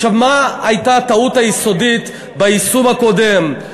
מה הייתה הטעות היסודית ביישום הקודם?